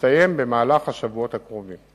ותסתיים במהלך השבועות הקרובים.